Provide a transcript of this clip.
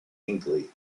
hinckley